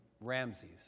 Ramses